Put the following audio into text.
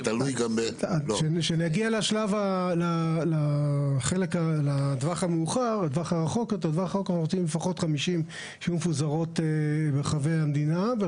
כשנגיע לטווח הרחוק אנחנו רוצים לפחות 50 שיהיו מפוזרות ברחבי המדינה.